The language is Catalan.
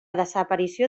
desaparició